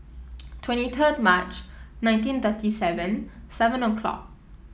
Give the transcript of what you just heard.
twenty third March nineteen thirty seven seven o'clock